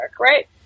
right